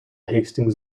hastings